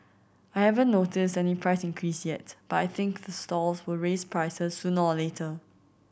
I haven't noticed any price increase yet but I think the stalls will raise prices sooner or later